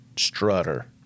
strutter